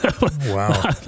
wow